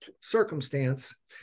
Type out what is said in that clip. circumstance